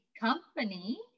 company